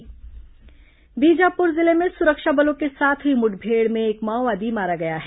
माओवादी मुठमेड़ बीजापुर जिले में सुरक्षा बलों के साथ हुई मुठभेड़ में एक माओवादी मारा गया है